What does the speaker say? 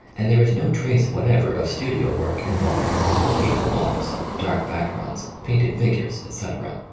and there is no trace whatever of studio work involving card or paper mod els, dark backgrounds, painted figures, etc.